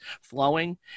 flowing